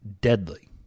deadly